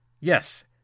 Yes